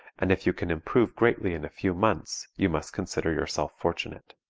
and if you can improve greatly in a few months you must consider yourself fortunate.